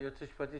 היועצת המשפטית,